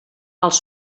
els